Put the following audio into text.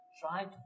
Try